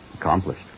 Accomplished